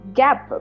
gap